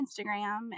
Instagram